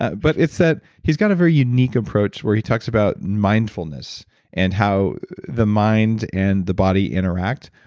but it's that he's got a very unique approach where he talks about mindfulness and how the mind and the body interact.